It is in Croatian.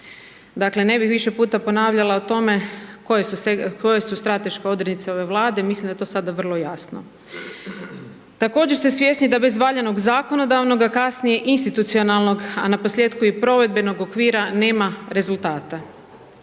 Dakle, ne bih više puta ponavljala o tome koje su strateške odrednice ove Vlade, mislim da je to sada vrlo jasno. Također ste svjesni da bez valjanog zakonodavnog, a kasnije institucionalnog, a naposljetku i provedbenog okvira nema rezultata.